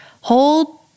Hold